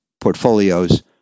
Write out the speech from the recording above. portfolios